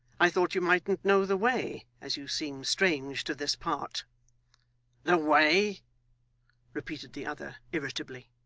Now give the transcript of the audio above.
i thought you mightn't know the way, as you seem strange to this part the way repeated the other, irritably.